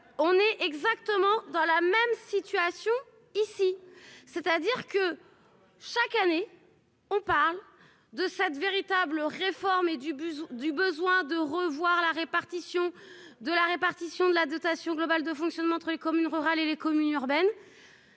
On est exactement dans la même situation ici, c'est-à-dire que chaque année, on parle de ça, de véritables réformes et du bus du besoin de revoir la répartition de la répartition de la dotation globale de fonctionnement entre les communes rurales et les communes urbaines,